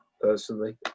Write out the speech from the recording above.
personally